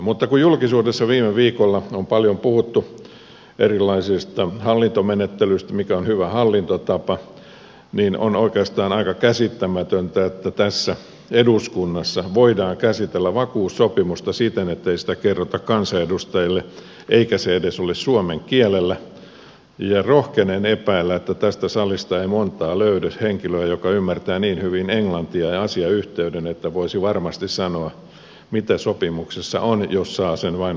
mutta kun julkisuudessa viime viikolla on paljon puhuttu erilaisista hallintomenettelyistä mikä on hyvä hallintotapa niin on oikeastaan aika käsittämätöntä että tässä eduskunnassa voidaan käsitellä vakuussopimusta siten ettei siitä kerrota kansanedustajille eikä se edes ole suomen kielellä ja rohkenen epäillä että tästä salista ei löydy montaa henkilöä joka ymmärtää niin hyvin englantia ja asiayhteyden että voisi varmasti sanoa mitä sopimuksessa on jos saa sen vain luettavakseen